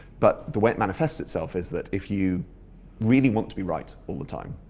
but the way it manifests itself is that if you really want to be right all the time,